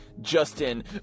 justin